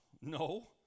No